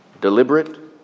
deliberate